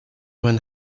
when